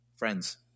Friends